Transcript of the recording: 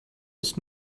ist